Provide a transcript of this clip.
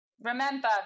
Remember